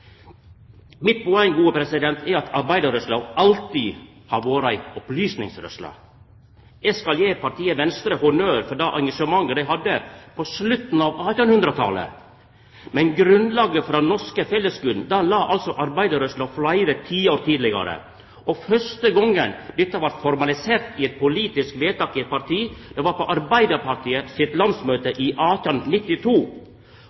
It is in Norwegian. er at arbeidarrørsla alltid har vore ei opplysningsrørsle. Eg skal gje partiet Venstre honnør for det engasjementet dei hadde på slutten av 1800-talet. Men grunnlaget for den norske fellesskulen la altså arbeidarrørsla fleire tiår tidlegare. Og første gongen dette vart formalisert i eit politisk vedtak i eit parti, det var på Arbeidarpartiet sitt